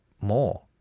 more